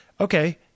okay